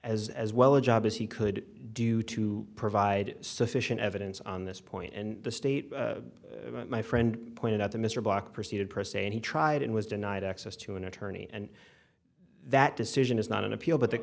as as well a job as he could do to provide sufficient evidence on this point and the state my friend pointed out to mr block proceeded press and he tried and was denied access to an attorney and that decision is not an appeal but